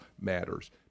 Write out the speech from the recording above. matters